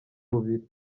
bubiri